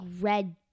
red